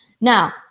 Now